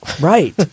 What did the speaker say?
Right